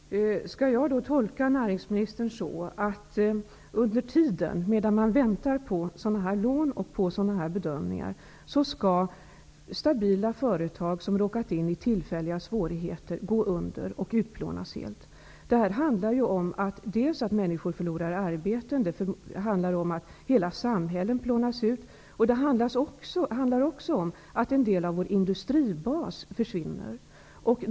Herr talman! Skall jag tolka näringsministern så, att stabila företag som har råkat in i tillfälliga svårigheter medan de väntar på sådana här lån och bedömningar skall gå under och helt utplånas? Det handlar dels om att människor förlorar arbeten, dels om att hela samhällen plånas ut. Det handlar också om att en del av vår industribas försvinner.